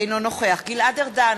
אינו נוכח גלעד ארדן,